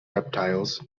reptiles